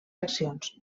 accions